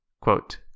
Quote